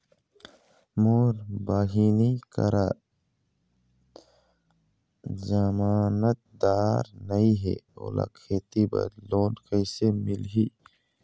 मोर बहिनी करा जमानतदार नई हे, ओला खेती बर लोन कइसे मिलही?